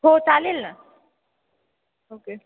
हो चालेल ना ओके